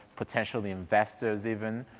potential investors even,